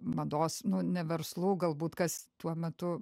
mados nu ne verslų galbūt kas tuo metu